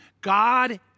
God